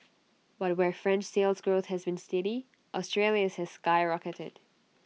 but where French Sales Growth has been steady Australia's has skyrocketed